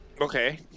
okay